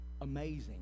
amazing